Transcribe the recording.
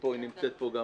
היא נמצאת פה.